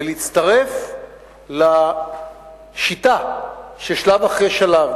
ולהצטרף לשיטה של שלב אחרי שלב.